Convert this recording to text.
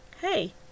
Hey